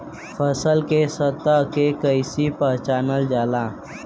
फसल के स्तर के कइसी पहचानल जाला